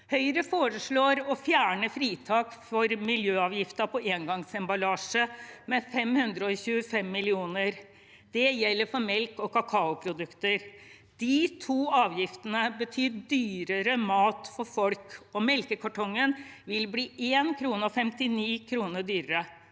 Høyre foreslår å fjerne fritak for miljøavgift på engangsemballasje med 525 mill. kr. Det gjelder for melk og kakaoprodukter. De to avgiftene betyr dyrere mat for folk. Melkekartongen vil bli 1,59 kr dyrere.